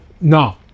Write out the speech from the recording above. No